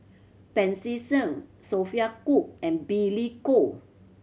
Pancy Seng Sophia Cooke and Billy Koh